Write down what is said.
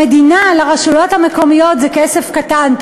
למדינה, לרשויות המקומיות זה כסף קטן.